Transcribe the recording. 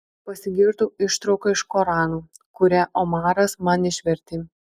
pasigirdo ištrauka iš korano kurią omaras man išvertė